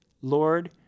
Lord